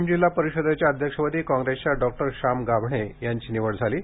वाशिम जिल्हा परिषदेच्या अध्यक्षपदी काँग्रेसच्या डॉक्टर श्याम गाभणे यांची निवड झाली आहे